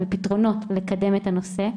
על פתרונות לקדם את הנושא.